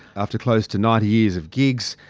after close to ninety years of gigs,